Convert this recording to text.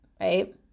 right